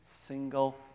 single